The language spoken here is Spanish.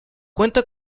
cuenta